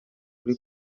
kuri